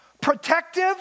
protective